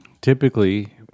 typically